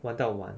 玩到晚